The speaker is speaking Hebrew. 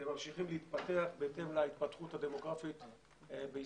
וממשיכים להתפתח בהתאם להתפתחות הדמוגרפית בישראל.